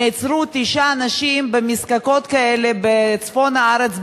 נעצרו תשעה אנשים במזקקות כאלה בצפון הארץ,